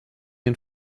den